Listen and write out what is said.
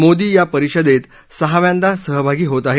मोदी या परिषदेत सहाव्यांदा सहभागी होत आहेत